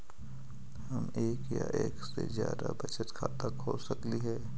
हम एक या एक से जादा बचत खाता खोल सकली हे?